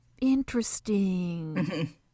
interesting